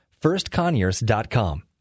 firstconyers.com